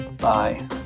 Bye